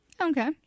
Okay